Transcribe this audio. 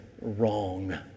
wrong